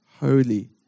holy